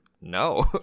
no